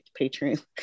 Patreon